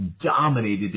dominated